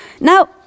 Now